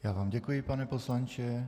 Já vám děkuji, pane poslanče.